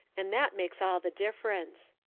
and that makes all the difference.